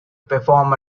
perform